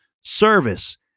service